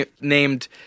named